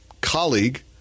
colleague